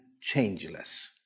changeless